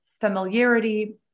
familiarity